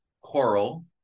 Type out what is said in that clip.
coral